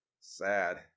Sad